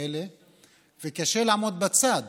וקשה לעמוד בצד